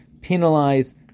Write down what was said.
penalize